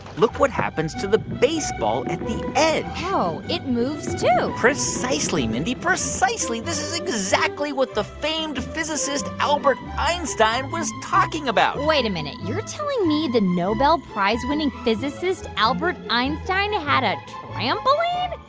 look what happens to the baseball at the edge oh, it moves, too precisely, mindy, precisely. this is exactly what the famed physicist albert einstein was talking about wait a minute. you're telling me the nobel prize-winning physicist albert einstein had a trampoline?